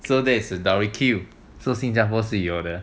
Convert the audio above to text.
so there is a tori Q so 新加坡式的